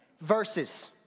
verses